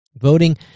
Voting